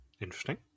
Interesting